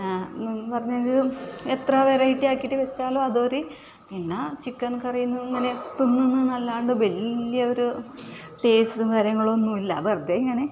ആന്ന് പറഞ്ഞങ്കിൽ എത്ര വെറൈറ്റി ആക്കിയിട്ട് വച്ചാലും അതൊര് എന്നാ ചിക്കൻ കറി എന്നെന്ന് തിന്നുന്നു എന്നല്ലാണ്ട് വലിയൊരു ടേസ്റ്റും കാര്യങ്ങളൊന്നുമില്ല വെറുതെ ഇങ്ങനെ